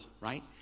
right